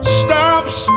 stops